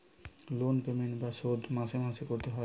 loan payment বা শোধ মাসে মাসে করতে এ হয়